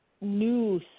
new